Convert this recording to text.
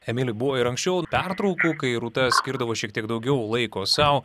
emili buvo ir anksčiau pertrūkių kai rūta skirdavo šiek tiek daugiau laiko sau